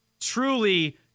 truly